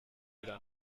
wieder